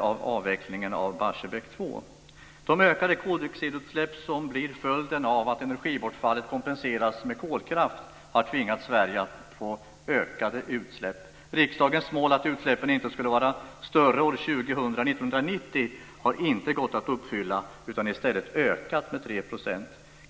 av avvecklingen av Barsebäck 2. De ökade koldioxidutsläpp som blir följden av att energibortfallet kompenseras med kolkraft har tvingat Sverige att begära ökade utsläpp. Riksdagens mål att utsläppen inte skulle vara större år 2000 än år 1990 har inte gått att uppfylla. Utsläppen har i stället ökat med 3 %.